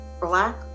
black